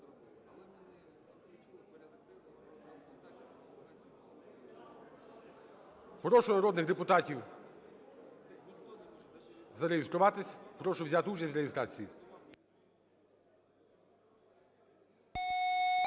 Прошу народних депутатів зареєструватись. Прошу взяти участь в реєстрації.